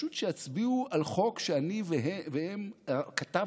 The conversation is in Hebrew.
פשוט שיצביעו על חוק שאני והם כתבנו